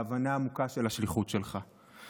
בהבנה עמוקה של השליחות שלך.